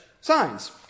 signs